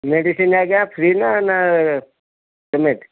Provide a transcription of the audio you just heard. medicine ଆଜ୍ଞା free ନା ନା ପେମେଣ୍ଟ୍